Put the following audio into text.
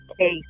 case